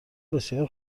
بسیار